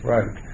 Right